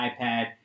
iPad